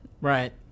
Right